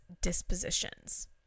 dispositions